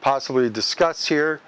possibly discuss here